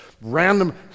random